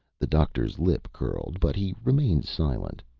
the doctor's lip curled, but he remained silent.